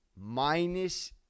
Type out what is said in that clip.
minus